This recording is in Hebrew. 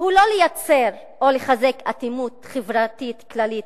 הוא לא לייצר או לחזק אטימות חברתית כללית